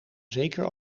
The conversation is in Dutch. zeker